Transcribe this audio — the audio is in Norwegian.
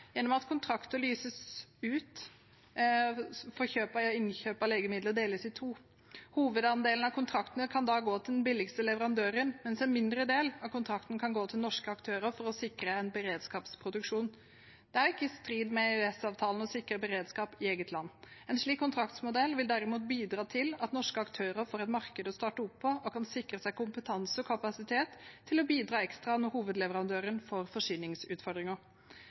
gjennom at kontrakter som lyses ut for kjøp av legemidler, deles i to. Hovedandelen av kontraktene kan da gå til den billigste leverandøren, mens en mindre del av kontrakten kan gå til norske aktører for å sikre en beredskapsproduksjon. Det er ikke i strid med EØS-avtalen å sikre beredskap i eget land. En slik kontraktsmodell vil derimot bidra til at norske aktører får et marked å starte opp på, og de kan sikre seg kompetanse og kapasitet til å bidra ekstra når hovedleverandøren får forsyningsutfordringer.